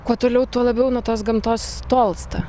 kuo toliau tuo jau nuo tos gamtos tolsta